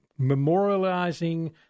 memorializing